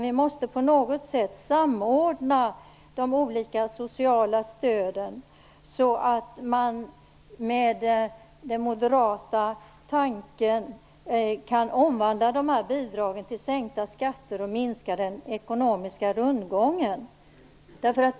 Vi måste på något sätt samordna de olika sociala stöden så att man med den moderata tanken kan omvandla dessa bidrag till sänkta skatter och minska den ekonomiska rundgången.